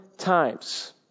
times